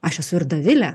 aš esu ir dovilė